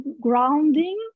grounding